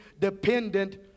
dependent